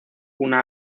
una